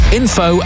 info